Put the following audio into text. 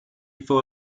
for